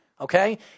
Okay